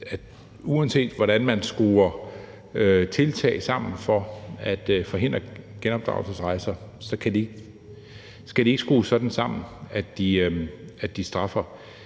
uanset hvordan man skruer tiltag sammen for at forhindre genopdragelsesrejser, skal de ikke skrues sådan sammen, at det straffer